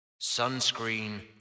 sunscreen